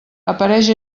apareix